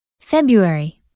February